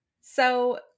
So-